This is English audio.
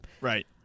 Right